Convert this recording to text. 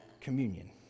communion